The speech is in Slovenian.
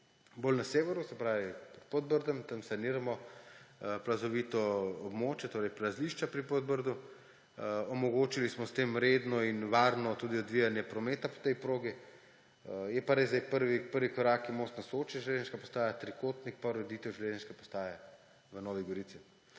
bolj na severu, se pravi pod Podbrdom, tam saniramo plazovito območje, torej plazišča pri Podbrdu. Omogočili smo s tem redno in varno tudi odvijanje prometa po tej progi. Je pa res, da prvi korak je Most na Soči – železniška postaja, trikotnik pa ureditev železniške postaje v Novi Gorici.